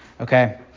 Okay